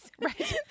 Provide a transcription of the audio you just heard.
right